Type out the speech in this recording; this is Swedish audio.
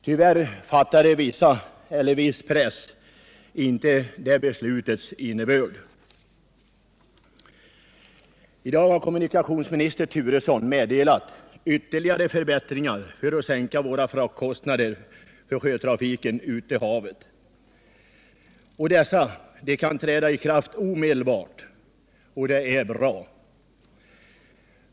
Tyvärr fattade viss press inte det beslutets innebörd. I dag har kommunikationsminister Turesson meddelat ytterligare förbättringar för att minska fraktkostnaderna för sjötrafiken från och till havet. Dessa kan träda i kraft omedelbart, och det är bra.